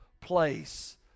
place